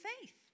faith